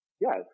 Yes